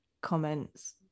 comments